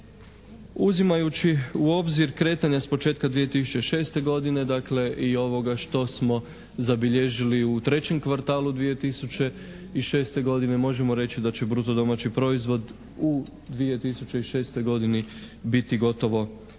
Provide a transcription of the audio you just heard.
Uzimajući u obzir kretanja s početka 2006. godine, dakle i ovoga što smo zabilježili u trećem kvartalu 2006. godine možemo reći da će bruto domaći proizvod u 2006. godini biti gotovo 5%,